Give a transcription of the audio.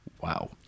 wow